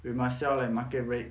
we must sell like market rate